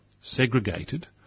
segregated